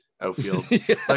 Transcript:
outfield